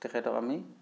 তেখেতক আমি